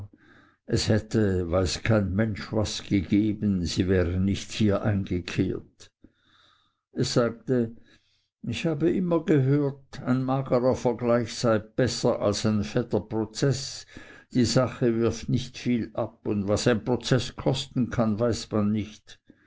es hätte weiß kein mensch was gegeben sie wären nicht hier eingekehrt es sagte ich habe immer gehört ein magerer vergleich sei besser als ein fetter prozeß die sache wirft nicht viel ab und was ein prozeß kosten kann weiß man nicht